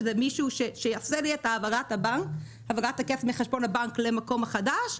וזה מישהו שיעשה לי את העברת הכסף מחשבון הבנק למקום החדש,